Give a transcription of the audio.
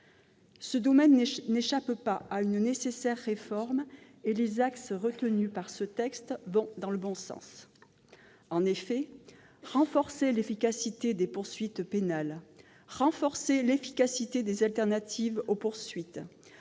Ce domaine n'échappe pas à une nécessaire réforme et les axes retenus par ce texte vont dans le bon sens. En effet, renforcer l'efficacité des poursuites pénales, renforcer l'effectivité des alternatives aux poursuites